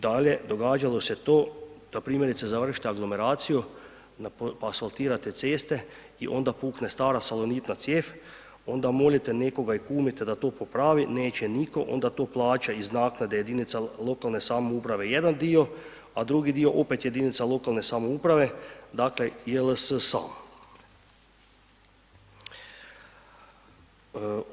Dalje, događalo se to da primjerice završite aglomeraciju, asfaltirate ceste i onda pukne stara salonitna cijev, onda molite nekoga i kumite da to popravi, neće nitko, onda to plaća iz naknade jedinica lokalne samouprave jedan dio, a drugi dio opet jedinica lokalne samouprave dakle JLS sam.